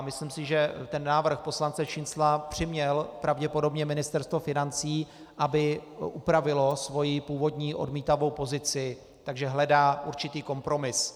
Myslím si, že návrh poslance Šincla přiměl pravděpodobně Ministerstvo financí, aby upravilo svou původní odmítavou pozici, takže hledá určitý kompromis.